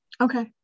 Okay